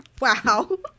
Wow